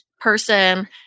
person